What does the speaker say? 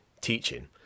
teaching